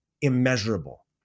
immeasurable